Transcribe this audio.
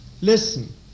Listen